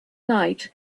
night